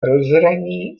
rozhraní